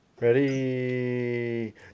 ready